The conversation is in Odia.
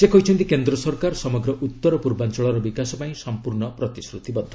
ସେ କହିଛନ୍ତି କେନ୍ଦ୍ର ସରକାର ସମଗ୍ର ଉତ୍ତର ପୂର୍ବାଞ୍ଚଳର ବିକାଶ ପାଇଁ ସମ୍ପୂର୍ଣ୍ଣ ପ୍ରତିଶ୍ରତିବଦ୍ଧ